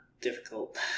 difficult